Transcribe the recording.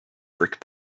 brick